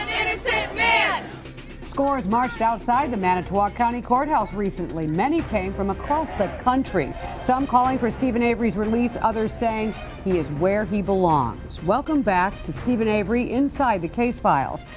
man. kathy scores marched outside the manitowoc county courthouse recently. many came from across the country some calling for steven, avery's release, others saying he is where he belongs. welcome back to steven avery, inside the case files.